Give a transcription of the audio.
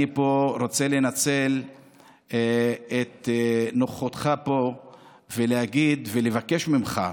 אני רוצה לנצל את נוכחותך פה ולבקש ממך: